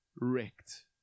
wrecked